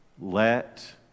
let